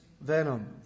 venom